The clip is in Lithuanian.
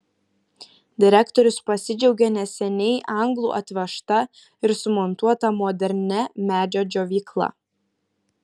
direktorius pasidžiaugė neseniai anglų atvežta ir sumontuota modernia medžio džiovykla